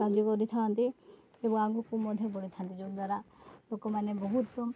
ଦେଇଥାନ୍ତି ଏବଂ ଆଗକୁ ମଧ୍ୟ ବଢ଼ିଥାନ୍ତି ଯଦ୍ୱାରା ଲୋକମାନେ ବହୁତ